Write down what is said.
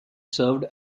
served